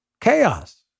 Chaos